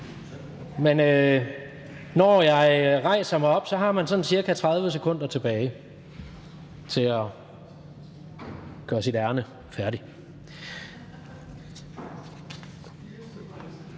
men når jeg rejser mig op, har man sådan ca. 30 sekunder tilbage til at gøre sit ærinde færdigt.